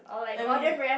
I mean